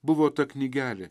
buvo ta knygelė